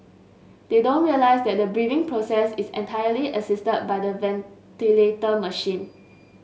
they don't realise that the breathing process is entirely assisted by the ventilator machine